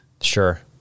Sure